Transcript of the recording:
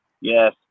Yes